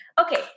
Okay